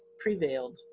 prevailed